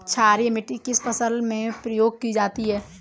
क्षारीय मिट्टी किस फसल में प्रयोग की जाती है?